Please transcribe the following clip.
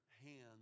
hands